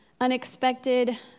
unexpected